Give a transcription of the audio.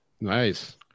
nice